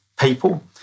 people